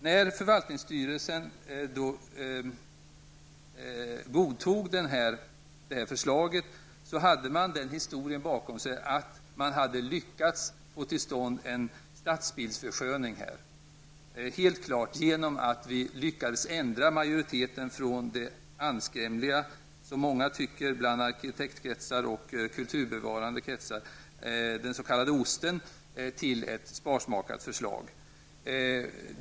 När förvaltningsstyrelsen godtog detta förslag hade vi lyckats få till stånd en stadsbildsförsköning genom att ändra majoriteten från den -- som det allmänt anses i arkitektkretsar och kulturbevararkretsar -- anskrämliga s.k. Osten till ett mer sparsmakat förslag.